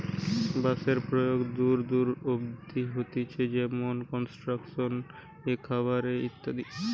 বাঁশের প্রয়োগ দূর দূর অব্দি হতিছে যেমনি কনস্ট্রাকশন এ, খাবার এ ইত্যাদি